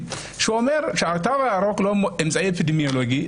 שהתו הירוק הוא לא אמצעי אפידמיולוגי,